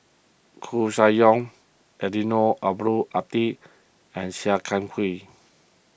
Koeh Sia Yong Eddino Abdul Hadi and Sia Kah Hui